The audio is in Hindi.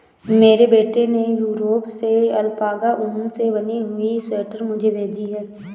मेरे बेटे ने यूरोप से अल्पाका ऊन से बनी हुई स्वेटर मुझे भेजी है